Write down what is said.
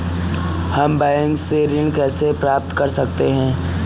हम बैंक से ऋण कैसे प्राप्त कर सकते हैं?